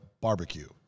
barbecue